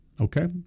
okay